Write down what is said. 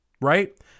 Right